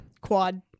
Quad